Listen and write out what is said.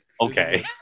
Okay